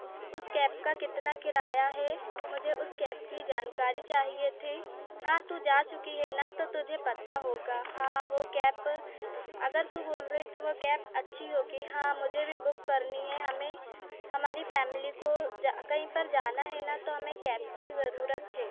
उस उस कैब का कितना किराया है मुझे उस कैब की जानकारी चाहिए थी हाँ तू जा चुकी है ना तो तुझे पता होगा हाँ वो कैप अगर तू बोल रही तो वो कैप अच्छी होगी हाँ मुझे भी बुक करनी है हमें हमारी फ़ैमिली को कहीं पर जाना है ना तो हमें कैब की ज़रूरत है